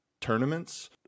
tournaments